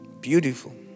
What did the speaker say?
beautiful